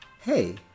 Hey